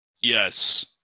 Yes